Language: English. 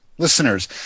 Listeners